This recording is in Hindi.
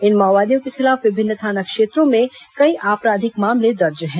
इन माओवादियों के खिलाफ विभिन्न थाना क्षेत्रों में कई आपराधिक मामले दर्ज हैं